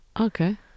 Okay